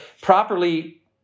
properly